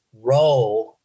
role